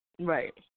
Right